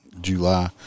July